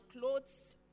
clothes